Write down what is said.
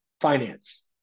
Finance